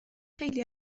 خیلی